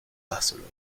barcelone